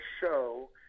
show